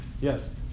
yes